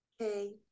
Okay